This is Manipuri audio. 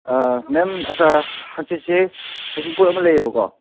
ꯃꯦꯝ ꯍꯪꯆꯤꯠꯁꯤ ꯍꯩꯖꯤꯡꯄꯣꯠ ꯑꯃ ꯂꯩꯌꯦꯕꯀꯣ